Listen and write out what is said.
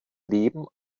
leben